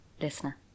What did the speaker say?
Listener